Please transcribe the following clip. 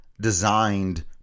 designed